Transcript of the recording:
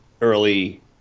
early